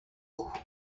coup